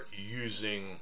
using